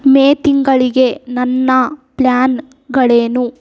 ಮೇ ತಿಂಗಳಿಗೆ ನನ್ನ ಪ್ಲ್ಯಾನ್ಗಳೇನು